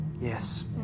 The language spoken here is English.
Yes